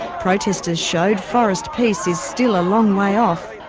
protesters showed forest peace is still a long way off.